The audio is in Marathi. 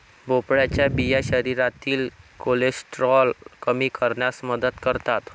भोपळ्याच्या बिया शरीरातील कोलेस्टेरॉल कमी करण्यास मदत करतात